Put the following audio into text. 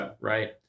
right